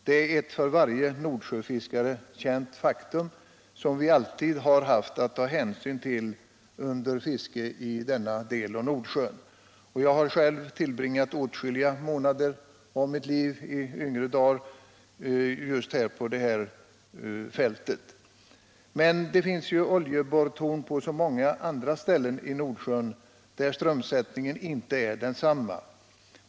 Det är ett för alla Nordsjöfiskare känt faktum som vi alltid har haft att ta hänsyn till under fiske i denna del av Nordsjön. Jag har själv i yngre dagar tillbringat åtskilliga månader av mitt liv på just detta fält. Men det finns ju oljeborrtorn på så många andra ställen i Nordsjön där strömsättningen inte är densamma.